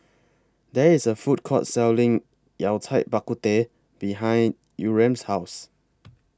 There IS A Food Court Selling Yao Cai Bak Kut Teh behind Yurem's House